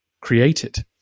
created